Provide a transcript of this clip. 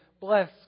bless